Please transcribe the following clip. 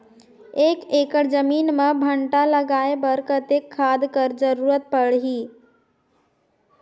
एक एकड़ जमीन म भांटा लगाय बर कतेक खाद कर जरूरत पड़थे?